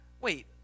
wait